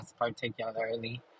particularly